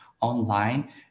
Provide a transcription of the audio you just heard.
online